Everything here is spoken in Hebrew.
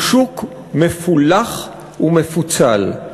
הוא שוק מפולח ומפוצל.